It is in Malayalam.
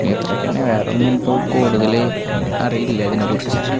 പിന്നത്രയൊക്കെ തന്നെ വേറൊന്നും ഇപ്പോൾ കൂടുതൽ അറിയില്ല ഇതിനെക്കുറിച്ചിട്ട്